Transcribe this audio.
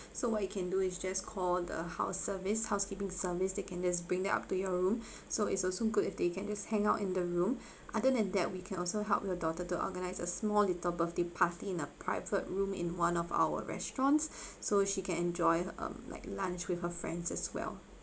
so what you can do is just call the house service housekeeping service they can just bring them up to your room so it's also good if they can just hang out in the room other than that we can also help your daughter to organize a small little birthday party in a private room in one of our restaurants so she can enjoy um like lunch with her friends as well